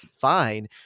fine